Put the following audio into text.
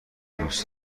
دوست